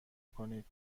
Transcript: کنید